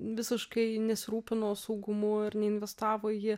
visiškai nesirūpino saugumu ir neinvestavo į jį